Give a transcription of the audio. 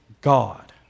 God